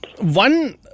one